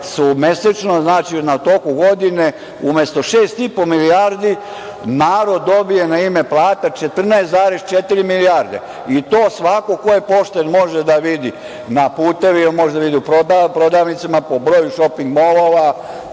su mesečno, znači u toku godine, umesto 6,5 milijardi narod dobije na ime plata 14,4 milijarde i to svako ko je pošten može da vidi na putevima, može da vidi u prodavnicama, po broju šoping molova,